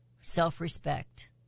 Self-respect